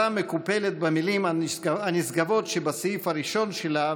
מקופלת במילים הנשגבות שבסעיף הראשון שלה,